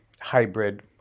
hybrid